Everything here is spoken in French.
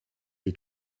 est